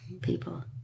people